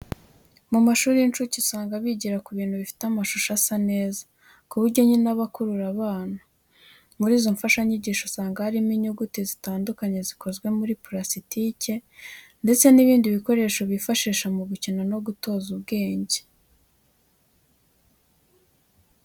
Mu mashuri y'incuke usanga bigira ku bintu bifite amashusho asa neza, ku buryo nyine aba akurura abana. Muri izo mfashanyigisho usanga harimo inyuguti zitandukanye zikozwe muri purasitike ndetse n'ibindi bikoresho bifashisha mu gukina no gutoza ubwenge.